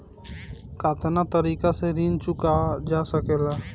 कातना तरीके से ऋण चुका जा सेकला?